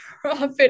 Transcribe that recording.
profit